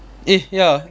eh ya